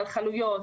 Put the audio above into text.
על חנויות,